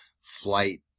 flight